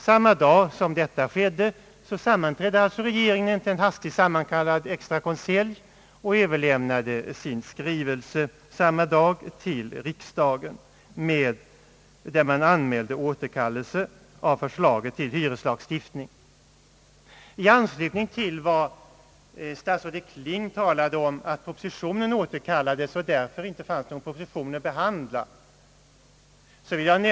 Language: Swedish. Samma dag som detta skedde sammanträdde regeringen till en hastigt sammankallad extrakonselj och Ööverlämnade samma dag till riksdagen sin skrivelse, där man anmälde återkallelse av förslaget till hyreslagstiftning. Statsrådet Kling sade att propositionen återkallats och att det därför inte fanns någon proposition att behandla.